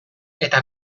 eta